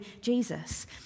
Jesus